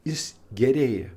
jis gerėja